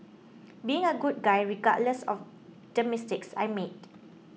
being a good guy regardless of the mistakes I made